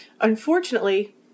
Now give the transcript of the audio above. unfortunately